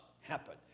happen